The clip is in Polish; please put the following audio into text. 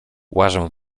łażę